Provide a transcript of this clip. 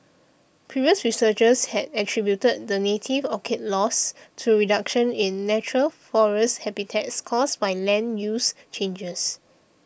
previous researchers had attributed the native orchid's loss to reduction in natural forest habitats caused by land use changes